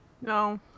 No